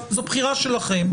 זו בחירה שלכם.